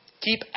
Keep